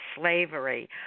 slavery